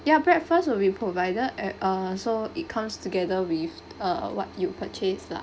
ya breakfast will be provided at uh so it comes together with err what you purchased lah